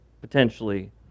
potentially